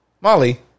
Molly